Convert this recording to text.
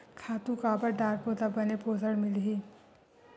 खातु काबर डारबो त बने पोषण मिलही?